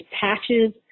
patches